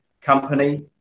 company